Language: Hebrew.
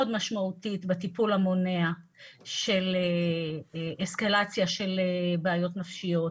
משמעותית בטיפול המונע של אסקלציה של בעיות נפשיות.